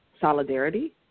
solidarity